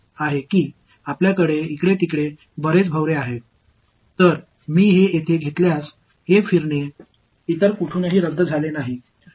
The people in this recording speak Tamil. எனவே நான் இதை இங்கே எடுத்துக் கொண்டால் இங்குள்ள இந்த சுழற்சி வேறு எங்கிருந்தும் ரத்து செய்யப்படவில்லை